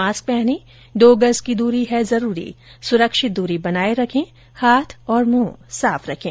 mask पहनें दो गज की दूरी है जरूरी सुरक्षित दूरी बनाए रखें हाथ और मुंह साफ रखें